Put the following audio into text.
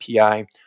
API